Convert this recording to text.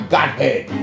Godhead